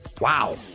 Wow